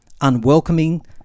Unwelcoming